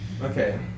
Okay